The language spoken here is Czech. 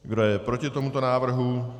Kdo je proti tomuto návrhu?